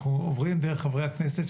אנחנו עוברים דרך חברי הכנסת,